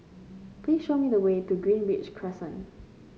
please show me the way to Greenridge Crescent